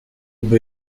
boo